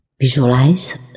Visualize